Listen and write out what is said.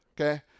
okay